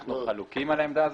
אנחנו חלוקים על העמדה הזאת.